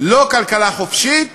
לא כלכלה חופשית